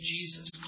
Jesus